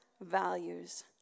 values